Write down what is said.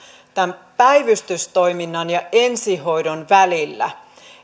tämän päivystystoiminnan ja ensihoidon välillä